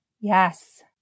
Yes